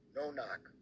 no-knock